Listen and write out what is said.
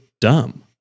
dumb